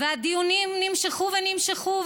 והדיונים נמשכו ונמשכו,